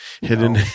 hidden